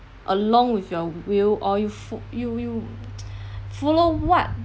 along with your will or you fo~ you you follow what